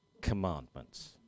Commandments